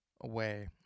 away